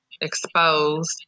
exposed